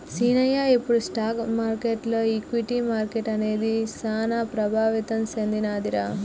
సీనయ్య ఇప్పుడు స్టాక్ మార్కెటులో ఈక్విటీ మార్కెట్లు అనేది సాన ప్రభావితం సెందినదిరా